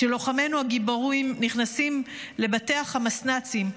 כשלוחמינו הגיבורים נכנסו לבתי החמאסנאצים,